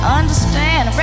understand